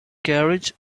carriage